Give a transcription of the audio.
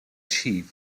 chief